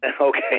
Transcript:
Okay